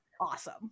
awesome